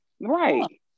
Right